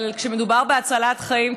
אבל כשמדובר בהצלת חיים,